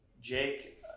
Jake